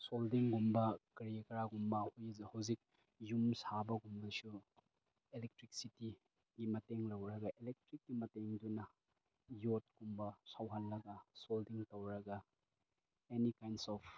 ꯁꯣꯜꯗꯤꯡꯒꯨꯝꯕ ꯀꯔꯤ ꯀꯔꯥꯒꯨꯝꯕ ꯍꯧꯖꯤꯛ ꯌꯨꯝ ꯁꯥꯕꯒꯨꯝꯕꯁꯨ ꯑꯦꯂꯦꯛꯇ꯭ꯔꯤꯛꯁꯤꯇꯤꯒꯤ ꯃꯇꯦꯡ ꯂꯧꯔꯒ ꯑꯦꯂꯦꯛꯇ꯭ꯔꯤꯛꯀꯤ ꯃꯇꯦꯡꯅ ꯌꯣꯠꯀꯨꯝꯕ ꯁꯧꯍꯜꯂꯒ ꯁꯣꯜꯗꯤꯡ ꯇꯧꯔꯒ ꯑꯦꯅꯤ ꯀꯥꯏꯟꯁ ꯑꯣꯐ